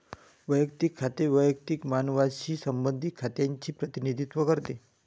वैयक्तिक खाते वैयक्तिक मानवांशी संबंधित खात्यांचे प्रतिनिधित्व करते